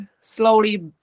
slowly